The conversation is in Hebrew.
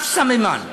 אף סממן.